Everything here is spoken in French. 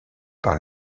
par